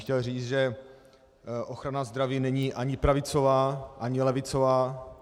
Chtěl bych říct, že ochrana zdraví není ani pravicová ani levicová.